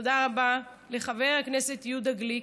תודה רבה לחבר הכנסת יהודה גליק.